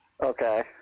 Okay